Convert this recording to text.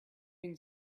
been